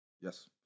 Yes